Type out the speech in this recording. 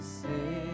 say